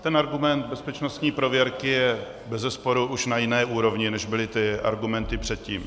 Ten argument bezpečnostní prověrky je bezesporu už na jiné úrovni, než byly ty argumenty předtím.